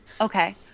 Okay